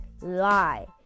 lie